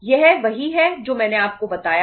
यह वही है जो मैंने आप को बताया था